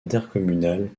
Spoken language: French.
intercommunal